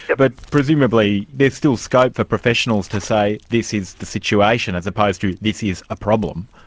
yeah but, presumably there's still scope for professionals to say, this is the situation as opposed to this is a problem.